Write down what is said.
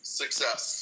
success